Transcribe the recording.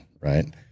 Right